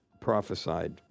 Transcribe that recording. prophesied